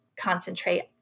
concentrate